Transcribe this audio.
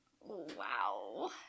Wow